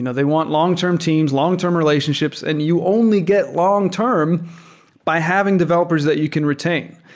and they want long-term teams, long-term relationships, and you only get long-term by having developers that you can retain.